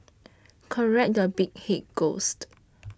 correct your big head ghost